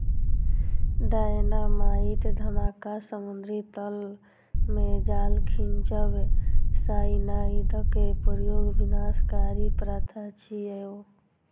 dynamite धमाका, समुद्री तल मे जाल खींचब, साइनाइडक प्रयोग विनाशकारी प्रथा छियै